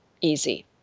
easy